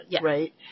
right